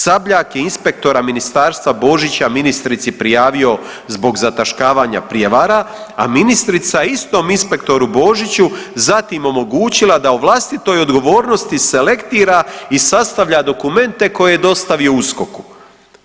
Sabljak je inspektora ministarstva Božića ministrici prijavio zbog zataškavanja prijevara, a ministrica istom inspektoru Božiću zatim omogućila da o vlastitoj odgovornosti selektira i sastavlja dokumente koje je dostavio USKOK-u.